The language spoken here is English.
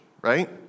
Right